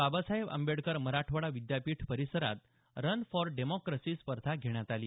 बाबासाहेब आंबेडकर मराठवाडा विद्यापीठ परीसरात run for democracy स्पर्धा घेण्यात आली